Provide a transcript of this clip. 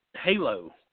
Halo